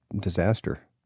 disaster